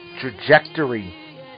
trajectory